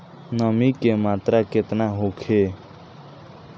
नमी के मात्रा केतना होखे?